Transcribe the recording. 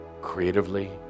creatively